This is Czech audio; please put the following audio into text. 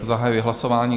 Zahajuji hlasování.